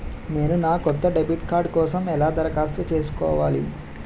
నేను నా కొత్త డెబిట్ కార్డ్ కోసం ఎలా దరఖాస్తు చేసుకోవాలి?